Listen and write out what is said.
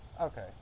Okay